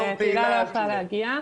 תהילה לא הייתה יכולה להגיע.